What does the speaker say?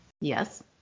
Yes